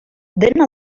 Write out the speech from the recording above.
dena